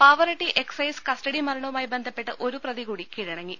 Pavaratti excise custody മരണവുമായി ബന്ധപ്പെട്ട് ഒരു പ്രതി കൂടി കീഴടങ്ങി